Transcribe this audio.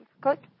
click